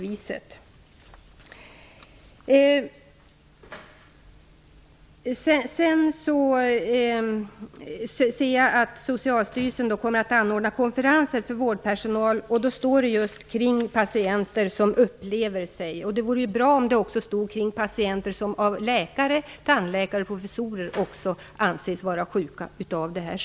Jag har noterat att Socialstyrelsen kommer att anordna konferenser för vårdpersonal just om patienter som upplever problem på detta område. Det vore bra om det också angavs att de skulle gälla patienter som av läkare som av läkare, tandläkare och professorer anses vara sjuka av amalgam.